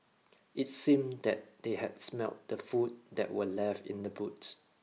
it seemed that they had smelt the food that were left in the boots